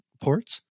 ports